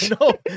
No